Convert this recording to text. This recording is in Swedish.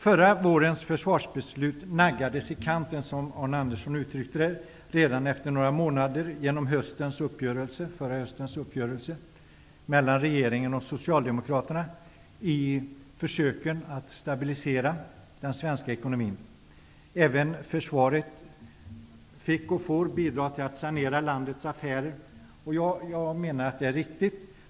Förra vårens försvarsbeslut naggades i kanten, som Arne Andersson uttryckte det, redan efter några månader genom förra höstens uppgörelse mellan regeringen och socialdemokraterna i försöken att stabilisera den svenska ekonomin. Även försvaret fick och får bidrag för att sanera landets affärer. Det menar jag är riktigt.